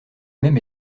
même